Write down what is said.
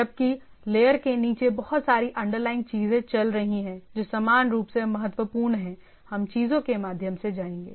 जबकि लेयर के नीचे बहुत सारी अंडरलाइनग चीजें चल रही हैं जो समान रूप से महत्वपूर्ण हैं हम चीजों के माध्यम से जाएंगे